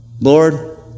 Lord